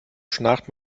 schnarcht